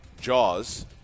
Jaws